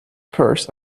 purse